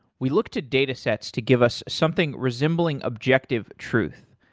we look to datasets to give us something resembling objective truth.